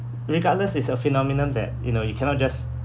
regardless it's a phenomenon that you know you cannot just